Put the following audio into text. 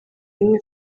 imwe